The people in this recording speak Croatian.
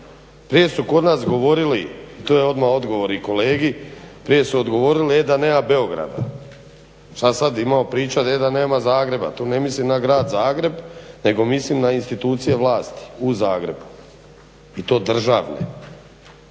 Prije su kod nas govorili, to je odmah odgovor i kolegi, prije su odgovorili e da nema Beograda, šta sad imamo priča e da nema Zagreba, tu ne mislim na grad Zagreb nego mislim na institucije vlasti u Zagrebu i to državne.